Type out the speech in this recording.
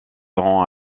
rend